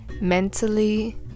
mentally